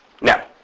Now